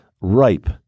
ripe